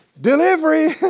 delivery